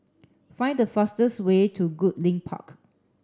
find the fastest way to Goodlink Park